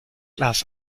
las